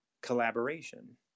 collaboration